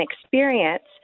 experience